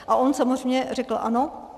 A on samozřejmě řekl ano.